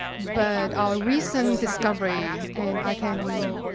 but our recent discovery, and i can